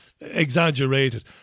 exaggerated